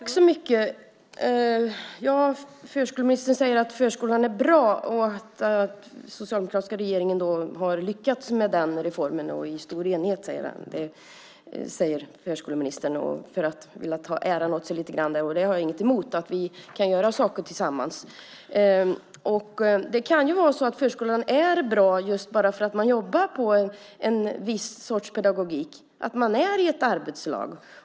Fru talman! Förskoleministern säger att förskolan är bra och att den socialdemokratiska regeringen har lyckats med den reformen i stor enighet. Det säger förskoleministern för att kunna ta åt sig äran lite. Jag har inget emot att vi gör saker tillsammans. Det kan ju vara så att förskolan är bra just för att man jobbar med en viss sorts pedagogik och är i ett arbetslag.